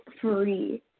free